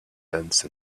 fence